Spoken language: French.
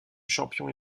champion